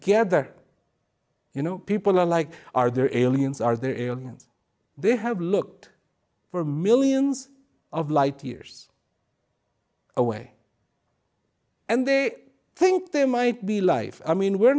ether you know people are like are there illions are there they have looked for millions of light years away and they think there might be life i mean we're